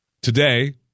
Today